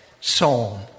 psalm